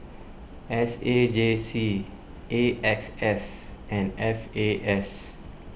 S A J C A X S and F A S